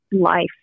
life